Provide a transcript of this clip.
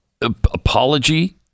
apology